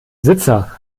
besitzer